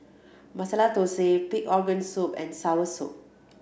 Masala Thosai pig organ soup and Soursop